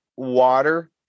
water